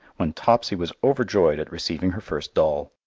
when topsy was overjoyed at receiving her first doll.